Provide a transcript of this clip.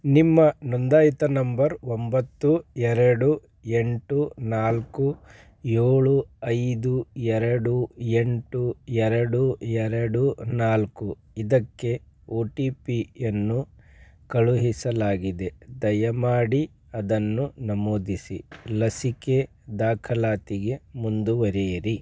ನಿಮ್ಮ ನೋಂದಾಯಿತ ನಂಬರ್ ಒಂಬತ್ತು ಎರಡು ಎಂಟು ನಾಲ್ಕು ಏಳು ಐದು ಎರಡು ಎಂಟು ಎರಡು ಎರಡು ನಾಲ್ಕು ಇದಕ್ಕೆ ಓ ಟಿ ಪಿಯನ್ನು ಕಳುಹಿಸಲಾಗಿದೆ ದಯಮಾಡಿ ಅದನ್ನು ನಮೂದಿಸಿ ಲಸಿಕೆ ದಾಖಲಾತಿಗೆ ಮುಂದುವರಿಯಿರಿ